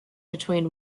between